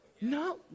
No